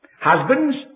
Husbands